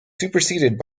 superseded